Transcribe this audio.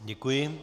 Děkuji.